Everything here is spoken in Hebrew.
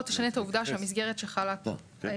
לא תשנה את העובדה שהמסגרת שחלה כיום